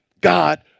God